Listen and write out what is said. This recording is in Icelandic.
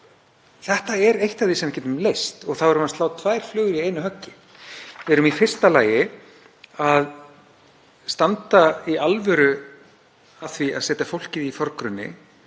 þetta er eitt af því sem við getum leyst og þá erum við að slá tvær flugur í einu höggi. Við erum í fyrsta lagi í alvöru að standa að því að setja fólkið í forgrunn